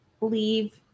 leave